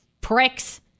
pricks